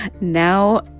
now